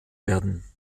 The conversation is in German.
werden